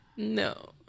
No